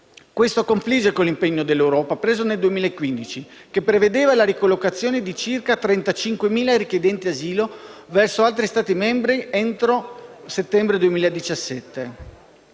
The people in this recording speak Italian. Questo confligge con l'impegno dell'Europa assunto nel 2015, il quale prevedeva la ricollocazione di circa 35.000 richiedenti asilo verso altri Stati membri entro settembre 2017.